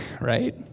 right